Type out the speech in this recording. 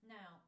Now